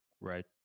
right